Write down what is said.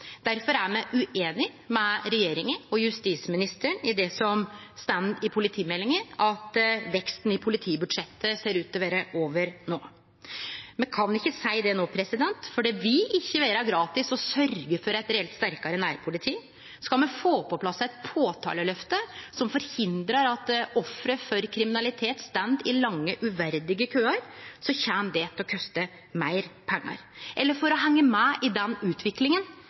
er me ueinige med regjeringa og justisministeren i det som står i politimeldinga, at veksten i politibudsjettet ser ut til å vere over no. Me kan ikkje seie det no, for det vil ikkje vere gratis å sørgje for eit reelt sterkare nærpoliti. Skal me få på plass eit påtaleløft som forhindrar at offera for kriminalitet står i lange, uverdige køar, kjem det til å koste meir pengar – eller for å henge med i den utviklinga